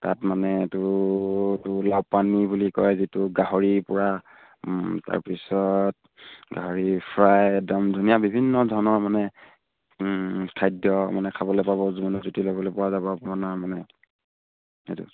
তাত মানে এইটো লাওপানী বুলি কয় যিটো গাহৰি পুৰা তাৰপিছত গাহৰি ফ্ৰাই একদম ধুনীয়া বিভিন্ন ধৰণৰ মানে খাদ্য মানে খাবলৈ পাব জুতি ল'বলৈ পোৱা যাব আপোনাৰ মানে এইটো